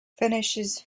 finishes